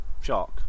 Shark